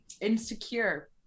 insecure